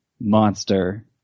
monster